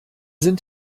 sind